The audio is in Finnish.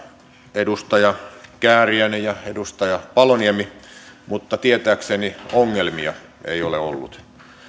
edustaja kääriäinen ja edustaja paloniemi mutta tietääkseni ongelmia ei ole ollut